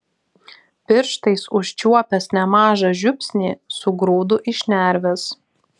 pirštais užčiuopęs nemažą žiupsnį sugrūdu į šnerves